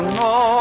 no